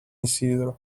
isidro